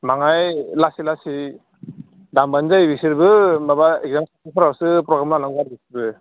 माहाय लासै लासै दामब्लानो जायो बिसोरबो माबा एक्जाम खाथिफोरावसो प्रग्राम लानांगौ आरो बिसोरबो